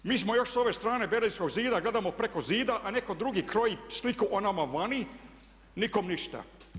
Mi smo još s ove strane Berlinskog zida, gledamo preko zida a netko drugi kroji sliku o nama vani, nikom ništa.